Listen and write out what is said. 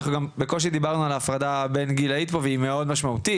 אנחנו גם בקושי דיברנו פה על ההפרדה הבין גילאית פה והיא מאוד משמעותית,